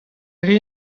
rae